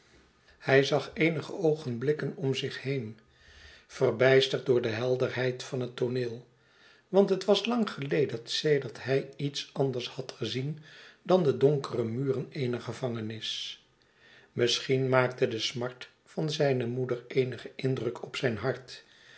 hij zag eenige oogenblikken om zich heen verbijsterd door de helderheid van het toorieel want het was lang geleden sedert hij iets anders had gezien dan de donkere muren eener gevangenis misschien maakte de smart van zijne moeder eenigen indruk op zyn hart